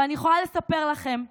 ואני יכולה לספר לכם שלי,